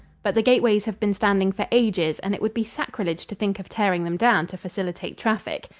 but the gateways have been standing for ages and it would be sacrilege to think of tearing them down to facilitate traffic.